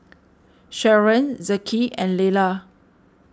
Sharon Zeke and Leila